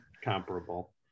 comparable